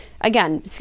Again